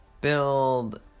Build